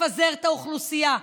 לפזר את האוכלוסייה,